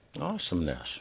Awesomeness